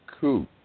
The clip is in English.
coup